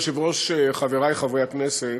אדוני היושב-ראש, חברי חברי הכנסת,